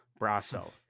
Brasso